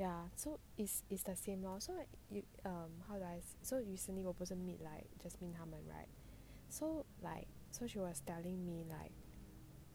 ya so it's it's the same lor so like you um how do I say so recently 我不是 meet like jasmin 她们 right so like so she was telling me like